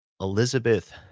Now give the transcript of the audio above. Elizabeth